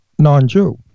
non-jew